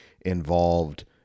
involved